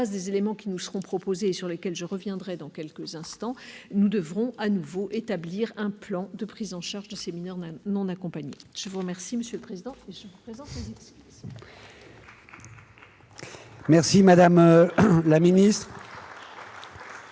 base des éléments qui nous seront proposés, sur lesquels je reviendrai dans quelques instants, nous devrons de nouveau établir un plan de prise en charge des mineurs non accompagnés. Je vous remercie, monsieur le président,